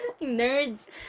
nerds